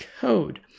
code